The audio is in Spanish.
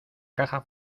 caja